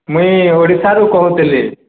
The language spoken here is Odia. ମୁଁ ଏଇ ଓଡ଼ିଶାରୁ କହୁଥିଲି